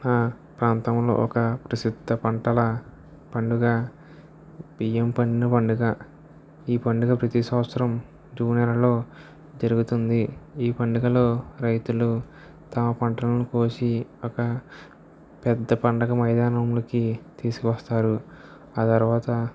మా ప్రాంతంలో ఒక ప్రసిద్ధ పంటల పండుగ బియ్యం పండిన పండుగ ఈ పండుగ ప్రతి సంవత్సరం జూన్ నెలలో జరుగుతుంది ఈ పండుగలో రైతులు తమ పంటలను కోసి ఒక పెద్ద పండగ మైదానంలోకి తీసుకువస్తారు ఆ తర్వాత